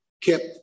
Kip